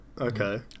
Okay